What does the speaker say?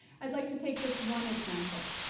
i'd like to take just one example,